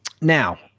Now